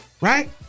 right